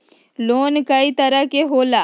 Loan कय तरह के होला?